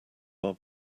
our